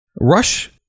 rush